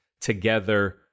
together